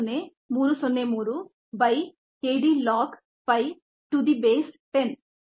303 by k d log 5 to the base 10